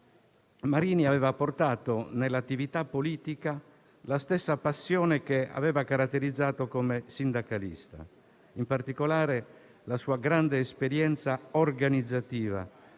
Marini aveva portato nell'attività politica la stessa passione che lo aveva caratterizzato come sindacalista, in particolare la sua grande esperienza organizzativa,